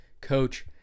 coach